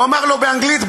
הוא אמר לו: באנגלית,